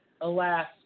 alas